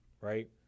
right